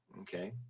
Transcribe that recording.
Okay